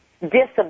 disability